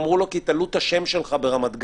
אמרו לו: כי תלו את השם שלך ברמת גן.